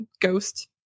ghost